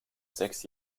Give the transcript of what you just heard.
sechs